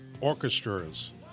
orchestras